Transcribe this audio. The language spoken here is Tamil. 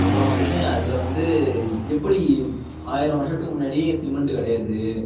அப்புறம் வந்து அதில் வந்து எப்படி ஆயிரம் வர்ஷத்துக்கு முன்னாடி சிமெண்டு கிடையாது